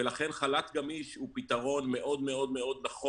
ולכן חל"ת גמיש הוא פתרון נכון מאוד למלונות,